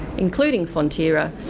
including fonterra,